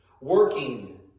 working